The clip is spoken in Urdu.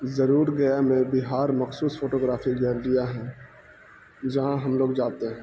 ضرور گیا میں بہار مخصوص فوٹوگرافی گیلریاں ہیں جہاں ہم لوگ جاتے ہیں